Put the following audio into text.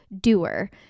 doer